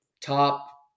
top